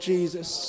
Jesus